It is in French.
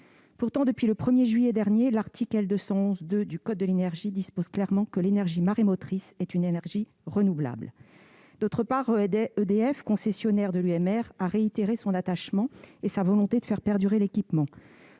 Pourtant, depuis le 1 juillet dernier, l'article L. 211-2 du code de l'énergie dispose clairement que l'énergie marémotrice est une énergie renouvelable. Par ailleurs, EDF, concessionnaire de l'UMR, a réitéré son attachement à cet équipement